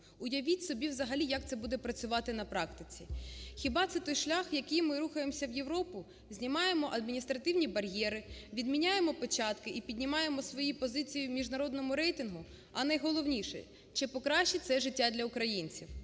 Уявіть собі взагалі, як це буде працювати на практиці. Хіба це той шлях, яким ми рухаємося в Європу? Знімаємо адміністративні бар'єри, відміняємо печатки і піднімаємо свої позиції в міжнародному рейтингу? А найголовніше, чи покращить це життя для українців?